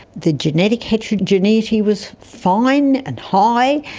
the genetic heterogeneity was fine and high.